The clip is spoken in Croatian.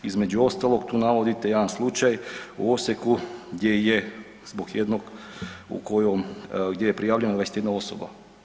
Između ostalog, tu navodite jedan slučaj u Osijeku gdje je zbog jednog, gdje je prijavljena 21 osoba.